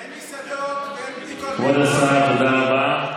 אין מסעדות, אין בדיקות, כבוד השר, תודה רבה.